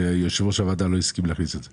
ויושב-ראש הוועדה לא הסכים להכניס את זה.